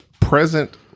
present